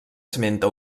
esmenta